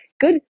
good